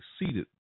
exceeded